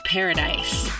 Paradise